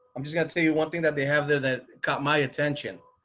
i'm just going to tell you one thing that they have there that caught my attention.